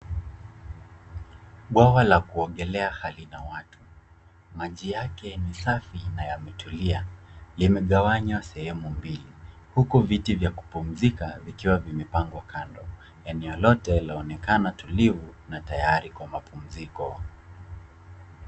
Bwawa la kuogelea halina watu. Maji yake ni safi na yametulia. Limegawanywa sehemu mbili, huku viti vya kupumzika vikiwa vimepangwa kando. Eneo lote laonekana tulivu na tayari kwa mapumziko.